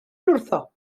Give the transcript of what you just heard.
wrtho